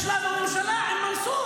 יש לנו ממשלה עם מנסור.